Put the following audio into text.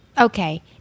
okay